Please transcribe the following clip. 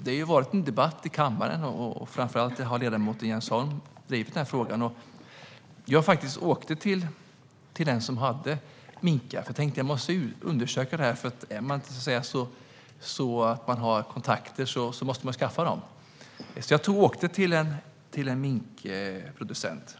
Det har förts en debatt om detta i kammaren. Framför allt har ledamoten Jens Holm drivit den här frågan. Jag har faktiskt åkt till en som har minkar. Jag tänkte att jag måste undersöka det här. Om man inte har kontakter måste man skaffa dem. Jag tog och åkte till en minkproducent.